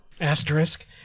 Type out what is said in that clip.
asterisk